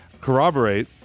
corroborate